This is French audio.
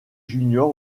junior